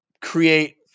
create